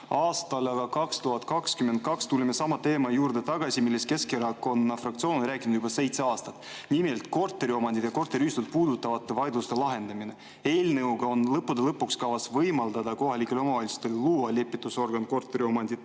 Aastal 2022 tulime sama teema juurde tagasi, millest Keskerakonna fraktsioon on rääkinud juba seitse aastat, nimelt korteriomandit ja korteriühistut puudutavate vaidluste lahendamine. Eelnõuga on lõppude lõpuks kavas võimaldada kohalikele omavalitsustele luua lepitusorgan korteriomandit